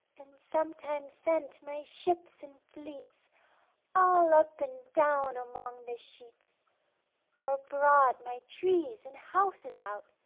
and sometimes sent my ships in fleets all up and down among the sheets or brought my trees and houses out,